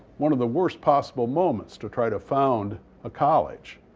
one of the worst possible moments to try to found a college.